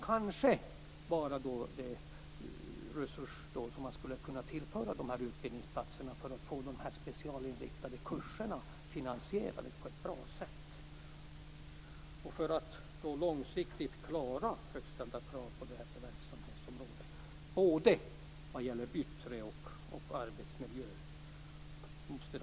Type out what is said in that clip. Kanske skulle resurser kunna tillföras dessa utbildningsplatser för att få de specialinriktade kurserna finansierade på ett bra sätt. Det gäller att långsiktigt klara högt ställda krav på verksamhetsområdet t.ex. vad gäller den yttre arbetsmiljön.